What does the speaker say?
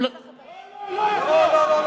לא.